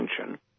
attention